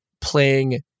playing